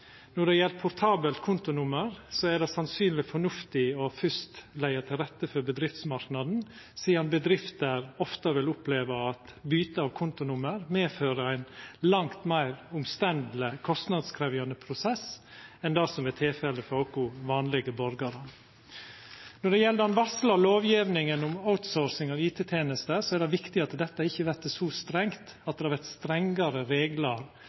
Når det gjeld portabelt kontonummer, er det sannsynlegvis fornuftig først å leggja til rette for bedriftsmarknaden, sidan bedrifter ofte vil oppleva at byte av kontonummer medfører ein langt meir omstendeleg og kostnadskrevjande prosess enn det som er tilfellet for oss vanlege borgarar. Når det gjeld den varsla lovgjevinga om «outsourcing» av IT-tenester, er det viktig at dette ikkje vert så strengt at det vert strengare reglar